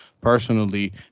personally